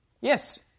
Yes